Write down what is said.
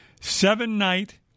seven-night